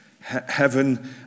heaven